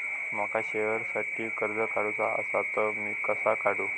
माका शेअरसाठी कर्ज काढूचा असा ता मी कसा काढू?